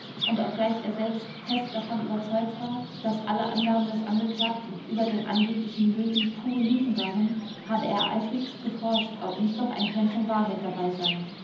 und obgleich er selbst fest davon überzeugt war daß alle angaben des angeklagten über den angeblichen löwy pure lügen waren habe er eifrigst geforscht ob nicht doch ein körnchen wahrheit dabei sei